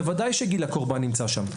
בוודאי שגיל הקורבן נמצא שם,